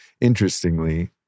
interestingly